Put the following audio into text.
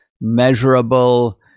measurable